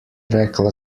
rekla